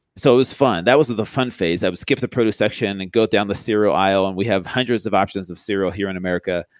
so it was fun. that was the fun phase. i would skip the produce section and go down the cereal aisle and we have hundreds of options of cereal here in america.